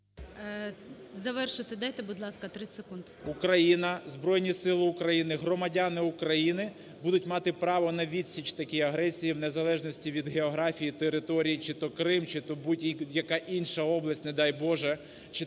Завершити дайте, будь ласка, 30 секунд. ВІННИК І.Ю. …Україна, Збройні Сили України, громадяни України будуть мати право на відсіч такій агресії в незалежності від географії, територій, чи то Крим, чи то будь-яка інша область не дай, Боже,